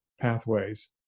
pathways